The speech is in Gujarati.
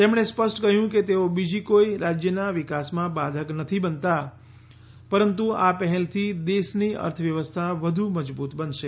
તેમણે સ્પષ્ટ કહ્યું કે તેઓ બીજી કોઇ રાજ્યના વિકાસમાં બાધક નથી બનતા પરંતુ આ પહેલથી દેશની અર્થવ્યવસ્થા વધુ મજબૂત બનશે